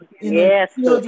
Yes